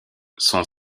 son